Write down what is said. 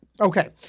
Okay